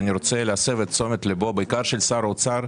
אני רוצה להסב את תשומת הלב, בעיקר של שר האוצר,